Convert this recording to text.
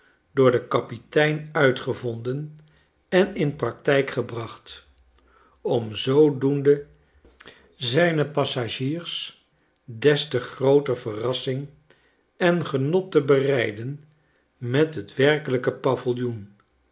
door den kapitein uitgevonden en in practijk gebracht om zoodoende zijn passagiers des te grooter verrassing en genot te bereiden met het werkelijke paviljoen